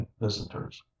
visitors